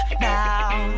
now